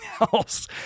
else